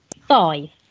five